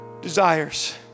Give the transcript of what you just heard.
desires